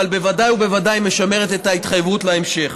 אבל בוודאי ובוודאי משמרת את ההתחייבות להמשך.